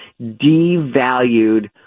devalued